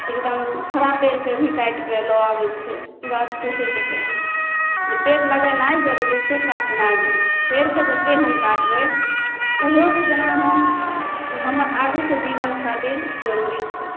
एकदम हरा पेड़के भी काटिके लऽ अबै छै ई बात सोचैके चाही जे पेड़ लगेनाए जरूरी छै काटनाइ नहि पेड़के जते हम काटबै तऽ ओहो तऽ जेना हम ओ हमर आगूके जीवन खातिर जरूरी छै